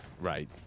Right